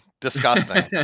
Disgusting